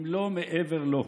אם לא מעבר לו.